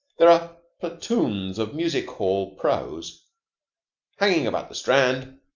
there are platoons of music-hall pros hanging about the strand,